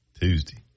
Tuesday